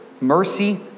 mercy